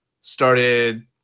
started